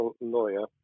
lawyer